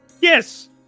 Yes